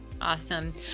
Awesome